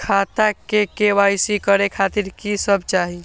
खाता के के.वाई.सी करे खातिर की सब चाही?